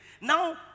Now